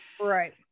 Right